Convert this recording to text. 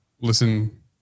listen